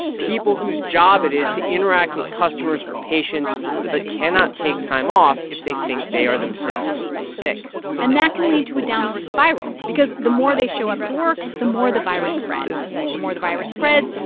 people whose job it is to interact with customers or patients but cannot take time off if they think they are themselves sick and that can lead to a downward spiral because the more they show up to work, the more the virus spreads. the more the virus spreads,